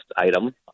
item